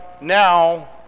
now